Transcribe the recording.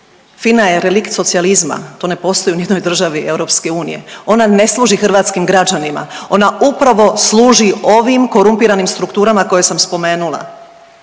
FINA je relikt socijalizma to ne postoji ni u jednoj državi EU, ona ne služi hrvatskim građanima ona upravo služi ovim korumpiranim strukturama koje sam spomenula,